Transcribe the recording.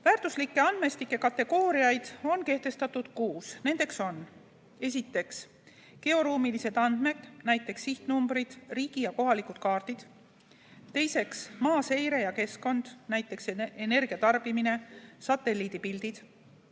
Väärtuslike andmestike kategooriaid on kehtestatud kuus. Need on 1) georuumilised andmed (näiteks sihtnumbrid, riigi ja kohalikud kaardid); 2) maa seire ja keskkond (näiteks energiatarbimine, satelliidipildid);